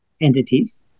entities